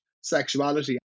sexuality